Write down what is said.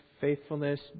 faithfulness